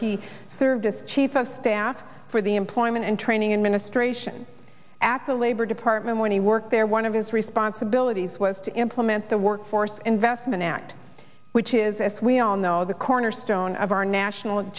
he served as chief of staff for the employment and training and ministration at the labor department when he worked there one of his responsibilities was to implement the workforce investment act which is as we all know the cornerstone of our national